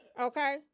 Okay